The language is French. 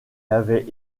avait